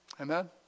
Amen